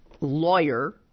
lawyer